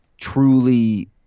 truly